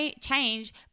change